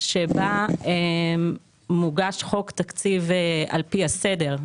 שבה מוגש חוק תקציב על פי הסדר,